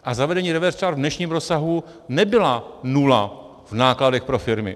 A zavedení reverse charge v dnešním rozsahu nebyla nula v nákladech pro firmy.